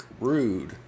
Rude